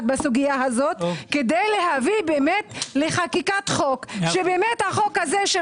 בסוגייה הזאת כדי להביא לחקיקת חוק כך שהחוק הזה של